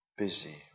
busy